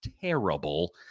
terrible